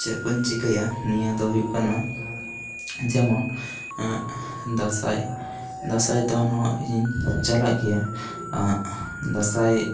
ᱪᱮᱫ ᱠᱚᱹᱧ ᱪᱤᱠᱟᱹᱭᱟ ᱱᱤᱭᱟᱹ ᱫᱚ ᱦᱩᱭᱩᱜ ᱠᱟᱱᱟ ᱡᱮᱢᱚᱱ ᱫᱟᱸᱥᱟᱭ ᱫᱟᱸᱥᱟᱭ ᱫᱚᱱ ᱦᱚᱹᱧ ᱤᱧ ᱪᱟᱞᱟᱜ ᱜᱮᱭᱟ ᱟᱸᱜ ᱫᱟᱸᱥᱟᱭ